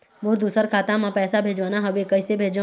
मोर दुसर खाता मा पैसा भेजवाना हवे, कइसे भेजों?